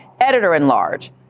editor-in-large